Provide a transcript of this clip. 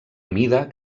amida